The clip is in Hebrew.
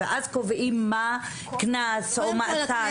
מינהלית, ואז קובעים קנס או מאסר.